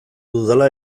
dudala